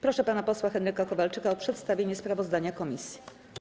Proszę pana posła Henryka Kowalczyka o przedstawienie sprawozdania komisji.